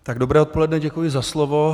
Tak dobré odpoledne, děkuji za slovo.